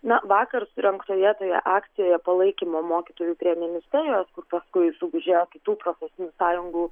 na vakar surengtoje toje akcijoje palaikymo mokytojų prie ministerijos kur paskui sugužėjo kitų profesinių sąjungų